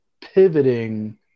pivoting